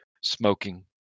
smoking